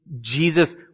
Jesus